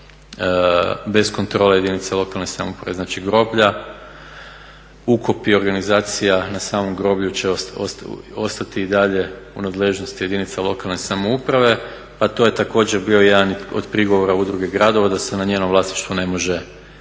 bez kontrole jedinica lokalne samouprave znači groblja. Ukop i organizacija na samom groblju će ostati i dalje u nadležnosti jedinica lokalne samouprave, pa to je također bio jedan od prigovora udruge gradova da se na njenom vlasništvu ne može organizirati